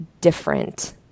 different